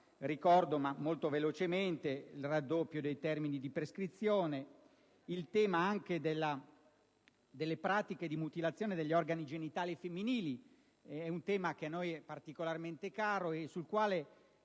Ricordo tra di esse il raddoppio dei termini di prescrizione ed il tema delle pratiche di mutilazione degli organi genitali femminili; tema a noi particolarmente caro, sul quale